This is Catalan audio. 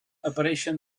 apareixen